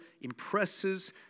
impresses